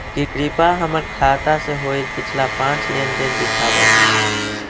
कृपा हमर खाता से होईल पिछला पाँच लेनदेन दिखाव